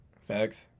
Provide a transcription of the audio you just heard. Facts